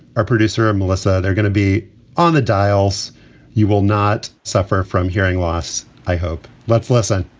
our producer, melissa, they're gonna be on the dials you will not suffer from hearing loss, i hope. let's listen